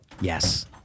Yes